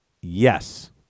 Yes